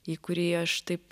į kurį aš taip